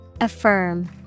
Affirm